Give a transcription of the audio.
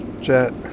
jet